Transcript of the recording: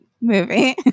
movie